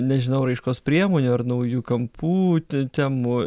nežinau raiškos priemonių ar naujų kampų temų